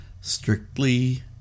strictly